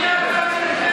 נתקבלה.